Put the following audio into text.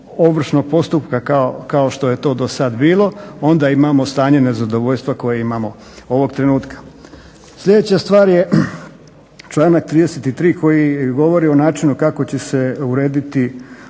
ovršnog postupka kao što je to do sada bilo, onda imamo stanje nezadovoljstva koje imamo ovog trenutka. Sljedeća stvar je članak 33. koji govori o načinu kako će se urediti